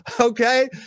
Okay